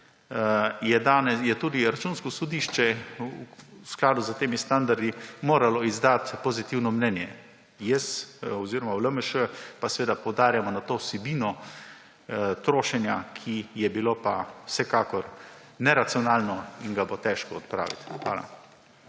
je tudi Računsko sodišče v skladu s temi standardi moralo izdati pozitivno mnenje. Jaz oziroma v LMŠ pa poudarjamo na to trošenje, ki je bilo pa vsekakor neracionalno in ga bo težko odpraviti. Hvala.